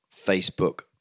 Facebook